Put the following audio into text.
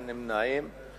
ואין נמנעים.